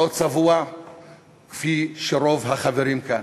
לא צבוע כמו רוב החברים כאן,